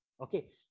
Okay